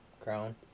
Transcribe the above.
crown